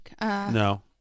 No